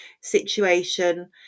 situation